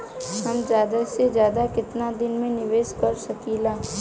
हम ज्यदा से ज्यदा केतना दिन के निवेश कर सकिला?